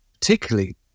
particularly